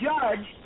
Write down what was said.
judge